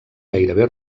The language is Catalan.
gairebé